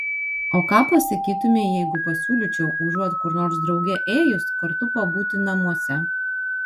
o ką pasakytumei jeigu pasiūlyčiau užuot kur nors drauge ėjus kartu pabūti namuose